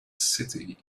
city